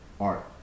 art